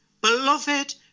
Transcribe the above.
beloved